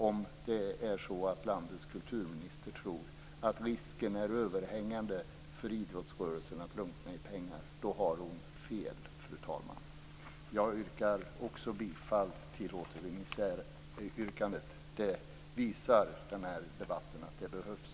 Om landets kulturminister tror att risken är överhängande för idrottsrörelsen att drunkna i pengar har hon fel, fru talman. Jag stöder också återremissyrkandet. Den här debatten visar att en återremiss behövs.